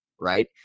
right